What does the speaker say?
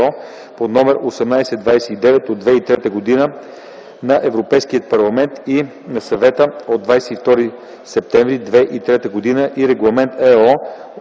ЕО № 1829/2003 на Европейския парламент и на Съвета от 22 септември 2003 г. и Регламент ЕО